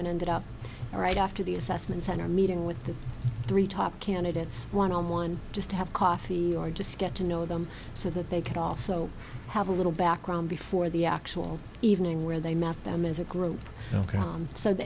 ended up right after the assessment center meeting with the three top candidates one on one just to have coffee or just get to know them so that they could also have a little background before the actual evening where they met them as a group